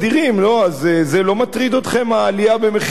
אז זה לא מטריד אתכם, העלייה במחירי הנדל"ן?